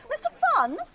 mr funn,